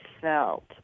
felt